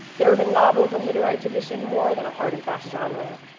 the urban novel is a literary tradition more than a hard and fast genre.